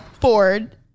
Ford